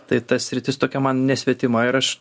tai ta sritis tokia man nesvetima ir aš